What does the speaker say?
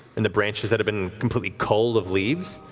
and the branches that have been completely culled of leaves,